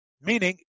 meaning